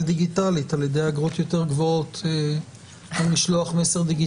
דיגיטלית על ידי אגרות יותר גבוהות ממשלוח מסר דיגיטלי.